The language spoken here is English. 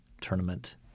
tournament